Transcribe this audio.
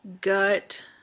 gut